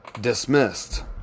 dismissed